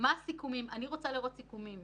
הסיפור של העץ הבוער שהביא אותו מנליס,